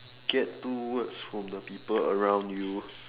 get two words from the people around you